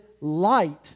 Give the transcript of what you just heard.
light